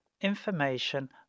information